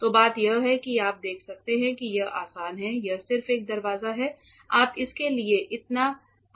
तो बात यह है कि आप देख सकते हैं कि यह आसान है यह सिर्फ एक दरवाजा है आप इसके लिए इतना परिष्कार क्यों चाहते हैं